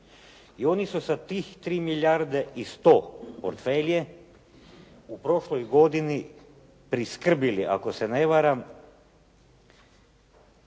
i oni su sa tih 3 milijarde i 100 portfelje u prošloj godini priskrbili ako se ne varam,